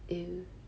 !eww!